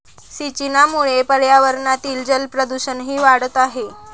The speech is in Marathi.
सिंचनामुळे पर्यावरणातील जलप्रदूषणही वाढत आहे